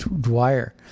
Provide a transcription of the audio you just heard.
Dwyer